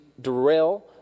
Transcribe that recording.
derail